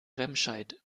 remscheid